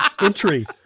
entry